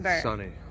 Sunny